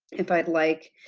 if i'd like